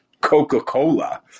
Coca-Cola